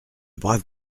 brave